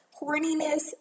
horniness